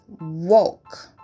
walk